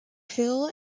phil